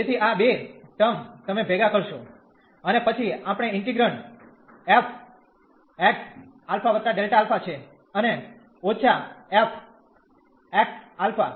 તેથી આ બે ટર્મ તમે ભેગા કરશો અને પછી આપણે ઇન્ટીગ્રેન્ડ integrand0 f x α Δ α છે અને ઓછા f x α